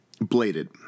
bladed